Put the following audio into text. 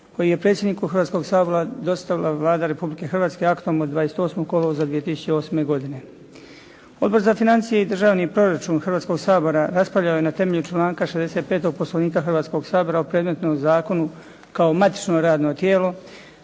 koji je predsjedniku Hrvatskog sabora dostavila Vlada Republike Hrvatske aktom od 28. kolovoza 2008. godine. Odbor za financije i državni proračun Hrvatskog sabora raspravljao je na temelju članka 65. Poslovnika Hrvatskog sabora o predmetnom zakonu kao matično radno tijelo